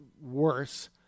worse